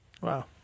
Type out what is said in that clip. Wow